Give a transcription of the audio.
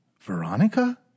Veronica